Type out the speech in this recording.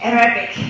Arabic